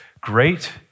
great